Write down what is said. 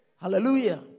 Hallelujah